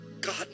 God